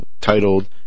titled